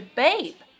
babe